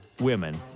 women